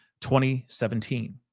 2017